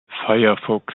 firefox